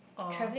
oh